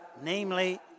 namely